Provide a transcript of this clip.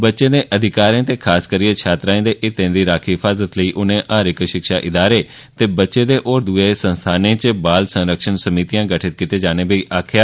बच्चें दे अधिकारें ते खास करियै छात्राएं दे हितें दी राखी हिफाजत लेई उनें हर इक शिक्षा ईदारें ते बच्चें दे होर दूए संस्थानें च बाल संरक्षण समितियां गठित कीते जाने बारै बी आक्खेआ